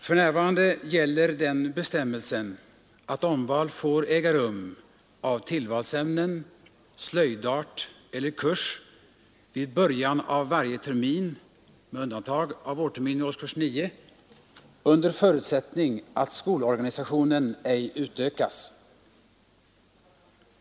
För närvarande gäller den bestämmelsen att omval får äga rum av tillvalsämnen, slöjdart eller kurs vid början av varje termin med undantag av vårterminen i årskurs 9 under förutsättning att skolorganisationen ej utökas.